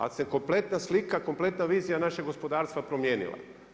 Ali, se kompletna slika, kompletna vizija našeg gospodarstva promijenila.